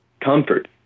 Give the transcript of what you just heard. comfort